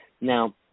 Now